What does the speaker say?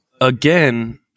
again